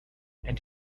and